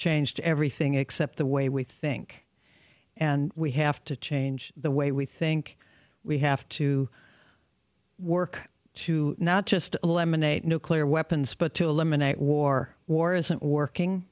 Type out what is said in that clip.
changed everything except the way we think and we have to change the way we think we have to work to not just eliminate nuclear weapons but to eliminate war war isn't working